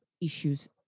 issues